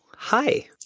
Hi